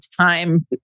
time